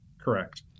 Correct